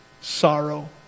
sorrow